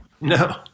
No